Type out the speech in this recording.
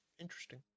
Interesting